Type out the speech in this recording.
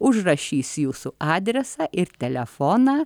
užrašys jūsų adresą ir telefoną